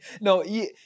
no